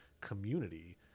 community